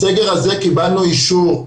בסגר הזה קיבלנו אישור,